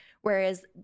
Whereas